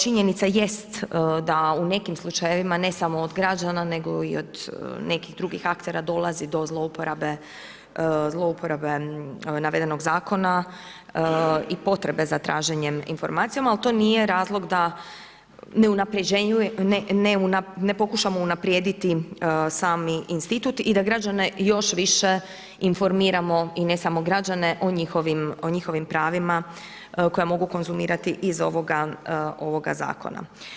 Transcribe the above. Činjenica jest da u nekim slučajevima ne samo od građana nego i od nekih drugih aktera dolazi do zlouporabe navedenog zakona i potrebe za traženjem informacija, ali to nije razlog da ne pokušamo unaprijediti sami institut i da građane još više informiramo i ne samo građane o njihovim pravima koja mogu konzumirati iz ovoga zakona.